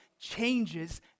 changes